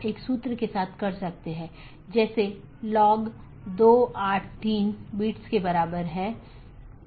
एक AS traffic की निश्चित श्रेणी के लिए एक विशेष AS पाथ का उपयोग करने के लिए ट्रैफिक को अनुकूलित कर सकता है